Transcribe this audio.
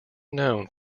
known